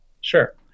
Sure